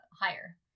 higher